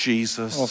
Jesus